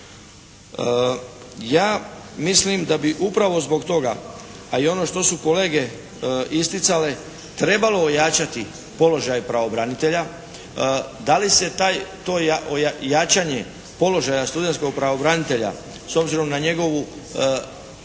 Ja mislim da bi upravo zbog toga a i ono što su kolege isticale trebalo ojačati položaj pravobranitelja da li se taj, to jačanje položaja studentskog pravobranitelja s obzirom na njegovu dvojaku